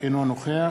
אינו נוכח